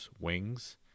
wings